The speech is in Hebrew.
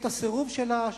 את הסירוב שלה,